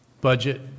budget